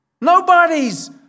Nobody's